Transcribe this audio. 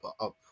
up